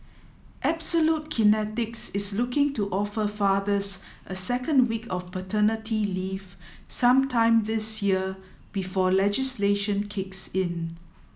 absolute Kinetics is looking to offer fathers a second week of paternity leave sometime this year before legislation kicks in